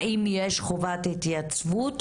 האם יש חובת התייצבות,